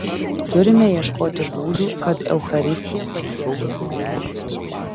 turime ieškoti būdų kad eucharistija pasiektų žmones